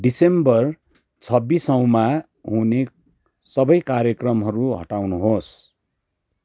दिसम्बर छब्बिसौँमा हुने सबै कार्यक्रमहरू हटाउनुहोस्